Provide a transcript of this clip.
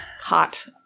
Hot